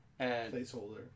Placeholder